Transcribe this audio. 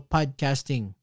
Podcasting